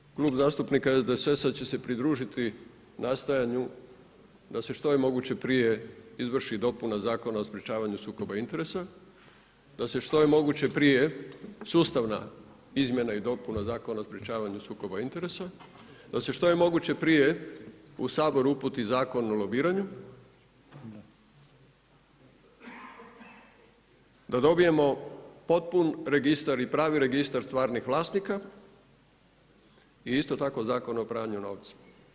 Iz tog razloga Klub zastupnika SDSS-a će se pridružiti nastojanju da se što je moguće prije izvrši dopuna Zakona o sprečavanju sukoba interesa, da se što je moguće prije sustavna izmjena i dopuna Zakona o sprečavanju sukoba interesa, da se što je moguće prije u Sabor uputi Zakon o lobiranju, da dobijemo potpun registar i pravi registar stvarnih vlasnika i isto tako Zakon o pranju novca.